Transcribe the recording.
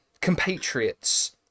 compatriots